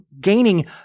gaining